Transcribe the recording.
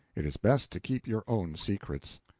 it is best to keep your own secrets.